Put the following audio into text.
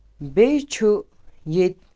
بیٚیہِ چھُ ییٚتہِ